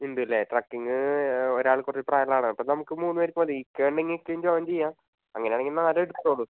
ഉണ്ടല്ലേ ട്രെക്കിങ്ങ് ഒരാൾ കുറച്ച് പ്രായമുള്ള ആളാണ് അപ്പോൾ നമുക്ക് മൂന്ന് പേർക്ക് മതി ഇക്കയുണ്ടെങ്കിൽ ഇക്കയും ജോയിൻ ചെയ്യാം അങ്ങനെയാണെങ്കിൽ നാല് എടുത്തോളൂ